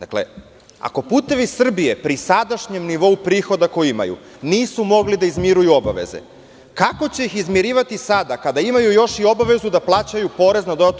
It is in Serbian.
Ako "Putevi Srbije" pri sadašnjem nivou prihoda koje imaju nisu mogli da izmiruju obaveze, kako će ih izmirivati sada kada imaju još i obavezu da plaćaju PDV.